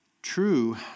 True